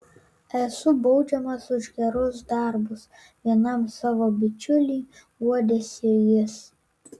esu baudžiamas už gerus darbus vienam savo bičiuliui guodėsi jis